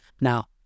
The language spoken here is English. now